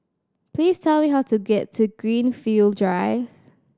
please tell me how to get to Greenfield Drive